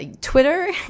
twitter